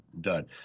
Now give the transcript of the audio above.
done